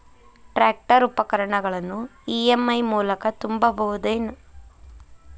Tractor ಉಪಕರಣಗಳನ್ನು EMI ಮೂಲಕ ತುಂಬಬಹುದ ಏನ್?